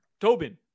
Tobin